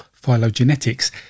phylogenetics